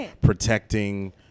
protecting